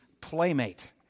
Playmate